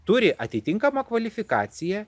turi atitinkamą kvalifikaciją